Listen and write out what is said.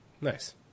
Nice